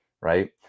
right